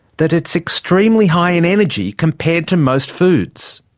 that it's extremely high in energy compared to most foods?